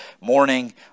morning